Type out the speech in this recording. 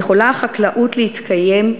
יכולה החקלאות להתקיים